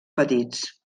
petits